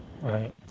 Right